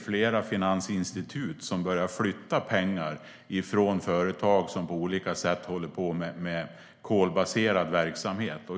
Flera finansinstitut börjar flytta pengar från företag som på olika sätt håller på med kolbaserad verksamhet.